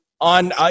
on